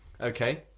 Okay